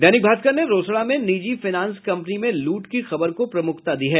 दैनिक भास्कर ने रोसड़ा में निजी फाईनेंस कम्पनी में लूट की खबर को प्रमुखता दी है